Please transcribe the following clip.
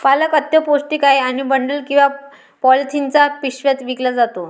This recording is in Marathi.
पालक अत्यंत पौष्टिक आहे आणि बंडल किंवा पॉलिथिनच्या पिशव्यात विकला जातो